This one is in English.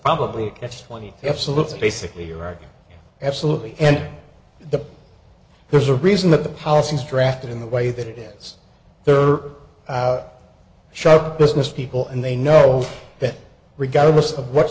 probably a catch twenty absolutely basically you're right absolutely and the there's a reason that the policy is drafted in the way that it is there are out sharp business people and they know that regardless of what